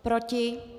Proti?